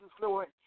Lord